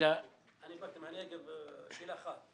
באתי מהנגב ויש לי שאלה אחת.